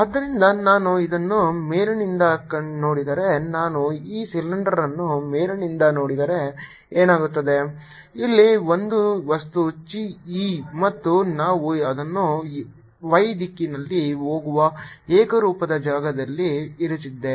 ಆದ್ದರಿಂದ ನಾನು ಅದನ್ನು ಮೇಲಿನಿಂದ ನೋಡಿದರೆ ನಾನು ಈ ಸಿಲಿಂಡರ್ ಅನ್ನು ಮೇಲಿನಿಂದ ನೋಡಿದರೆ ಏನಾಗುತ್ತದೆ ಇಲ್ಲಿ ಒಂದು ವಸ್ತು chi e ಮತ್ತು ನಾವು ಅದನ್ನು y ದಿಕ್ಕಿನಲ್ಲಿ ಹೋಗುವ ಏಕರೂಪದ ಜಾಗದಲ್ಲಿ ಇರಿಸಿದ್ದೇವೆ